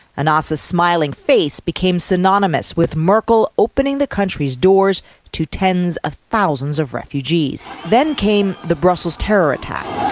anas's smiling face became synonymous with merkel opening the country'd doors to tens of thousands of refugees. then came the brussels terror attack.